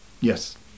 Yes